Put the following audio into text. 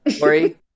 Lori